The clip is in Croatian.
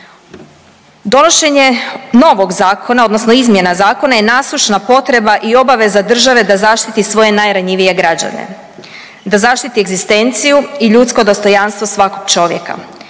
Donošenje novog zakona, odnosno izmjena zakona je nasušna potreba i obaveza države da zaštiti svoje najranjivije građane, da zaštiti egzistenciju i ljudsko dostojanstvo svakog čovjeka